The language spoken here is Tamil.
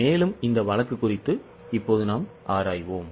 மேலும் இந்த வழக்கு குறித்து ஆராய்வோம்